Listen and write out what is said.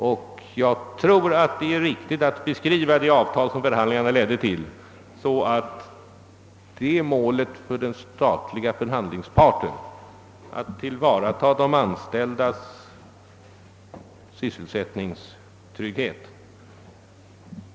Jag tror emellertid att det är riktigt att beskriva förhandlingarna och det avtal som dessa ledde fram till så, att målet för den statliga förhandlingsparten var att tillvarata de anställdas sysselsättningstrygghet.